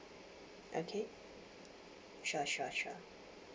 okay sure sure sure